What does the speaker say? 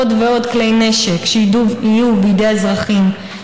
עוד ועוד כלי נשק שיהיו בידי האזרחים,